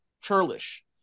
Churlish